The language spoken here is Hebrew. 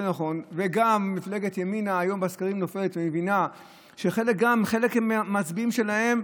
וגם מפלגת ימינה היום בסקרים נופלת ומבינה שגם חלק מהמצביעים שלהם,